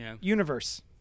universe